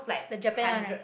the japan one ah